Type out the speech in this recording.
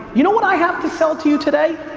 you know what i have to sell to you today?